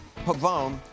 Pavone